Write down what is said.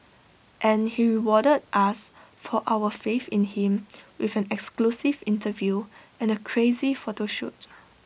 and he rewarded us for our faith in him with an exclusive interview and A crazy photo shoot